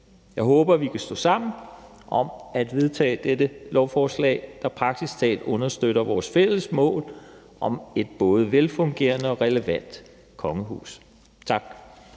Jeg håber, vi kan stå sammen om at vedtage dette lovforslag, der praktisk talt understøtter vores fælles mål om et både velfungerende og relevant kongehus. Tak.